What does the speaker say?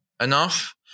enough